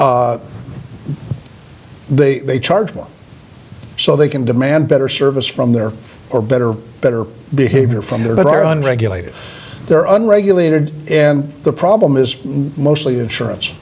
they charge more so they can demand better service from there or better better behavior from there that are on regulated they're unregulated and the problem is mostly insurance